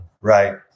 Right